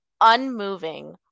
unmoving